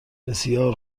بسیار